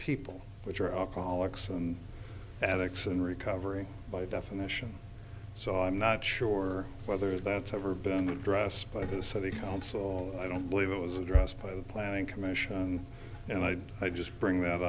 people which are alcoholics and addicts in recovery by definition so i'm not sure whether that's ever been addressed by the city council i don't believe it was addressed by the planning commission and i i just bring that